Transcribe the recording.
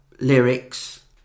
lyrics